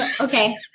Okay